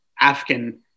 african